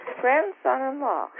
Grandson-in-law